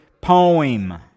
poem